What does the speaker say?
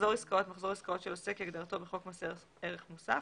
"מחזור עסקאות" מחזור עסקאות של עוסק כהגדרתו בחוק מס ערך מוסף,